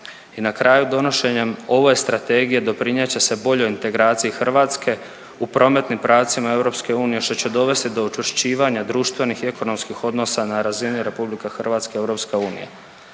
I na kraju, donošenjem ove Strategije doprijet će se boljoj integraciji Hrvatske u prometnim pravcima EU, što će dovesti do učvršćivanja društvenih i ekonomskih odnosa na razini RH-EU.